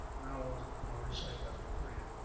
now i'll recite that in korean,